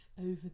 over